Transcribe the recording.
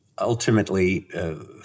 ultimately—